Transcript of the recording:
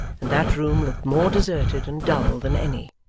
and that room looked more deserted and dull than any.